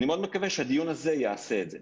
אני מאוד מקווה שהדיון הזה יעשה את זה.